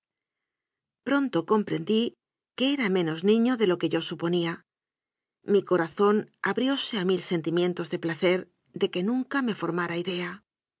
pronto comprendí que era menos niño de lo que yo suponía mi corazón abrióse a mil senti mientos de placer de que nunca me formara idea